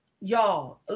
Y'all